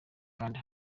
kandi